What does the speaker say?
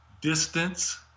distance